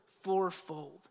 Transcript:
fourfold